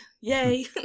Yay